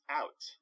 out